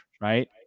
right